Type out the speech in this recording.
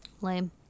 Lame